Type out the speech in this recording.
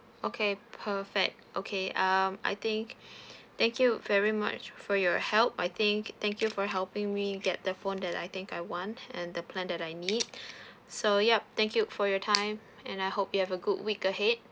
okay perfect okay um I think thank you very much for your help I think thank you for helping me get the phone that I think I want and the plan that I need so yup thank you for your time and I hope you have a good week ahead